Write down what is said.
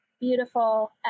beautiful